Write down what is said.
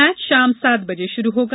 match शाम सात बजे शुरु होगा